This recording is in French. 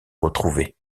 retrouver